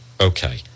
Okay